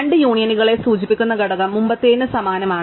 രണ്ട് യൂണിയനുകളെ സൂചിപ്പിക്കുന്ന ഘടകം മുമ്പത്തേതിന് സമാനമാണ്